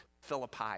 philippi